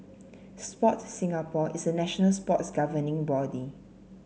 Sport Singapore is the national sports governing body